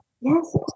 yes